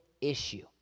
issue